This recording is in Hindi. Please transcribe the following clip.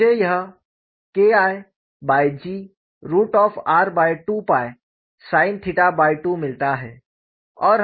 मुझे यह KIGr2sin2 मिलता है